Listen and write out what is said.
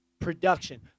production